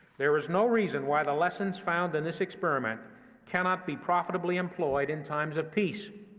there is no reason why the lessons found in this experiment cannot be profitably employed in times of peace.